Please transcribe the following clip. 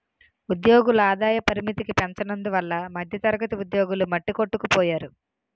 ఉద్యోగుల ఆదాయ పరిమితికి పెంచనందువల్ల మధ్యతరగతి ఉద్యోగులు మట్టికొట్టుకుపోయారు